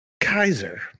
Kaiser